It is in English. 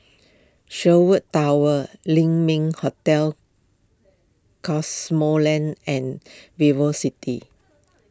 Sherwood Towers Ling Ming Hotel Cosmoland and Vivo City